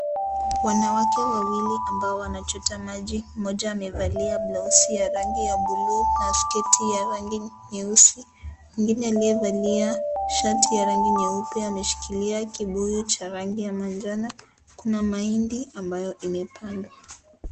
Wanawake wawili ambao wanachota maji, mmoja amevalia blousi ya rangi ya bluu na sketi ya rangi nyeusi , mwingine aliyevalia shati ya rangi nyeupe anashikilia kibuyu cha rangi ya manjano. Kuna mahindi ambayo imepandwa.